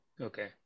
okay